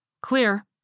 Clear